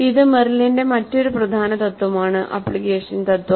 ഇത് മെറിലിന്റെ മറ്റൊരു പ്രധാന തത്വമാണ് ആപ്ലിക്കേഷൻ തത്വം